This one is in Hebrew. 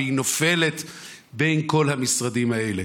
היא נופלת בין כל המשרדים האלה.